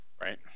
right